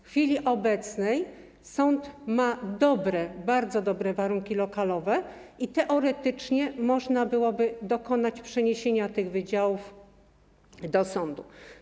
W chwili obecnej sąd ma dobre, bardzo dobre warunki lokalowe i teoretycznie można byłoby dokonać przeniesienia tych wydziałów do sądu.